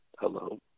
Hello